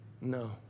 No